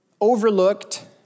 overlooked